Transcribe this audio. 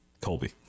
Colby